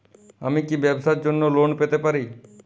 আমি কি ব্যবসার জন্য লোন পেতে পারি?